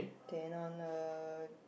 then on uh